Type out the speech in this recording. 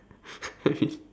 hey